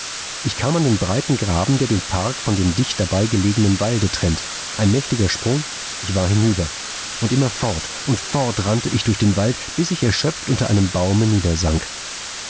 ich kam an den breiten graben der den park von dem dicht dabei gelegenen walde trennte ein mächtiger sprung ich war hinüber und immer fort und fort rannte ich durch den wald bis ich erschöpft unter einem baume